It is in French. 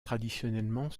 traditionnellement